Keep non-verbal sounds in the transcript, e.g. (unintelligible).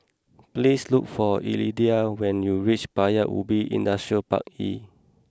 please look for (unintelligible) when you reach Paya Ubi Industrial Park E